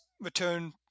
return